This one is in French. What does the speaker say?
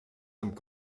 hommes